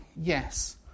yes